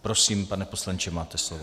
Prosím, pane poslanče, máte slovo.